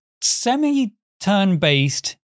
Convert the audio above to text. semi-turn-based